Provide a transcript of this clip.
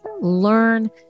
learn